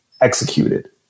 executed